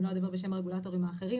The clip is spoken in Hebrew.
אני לא אדבר בשם רגולטורים אחרים,